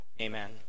Amen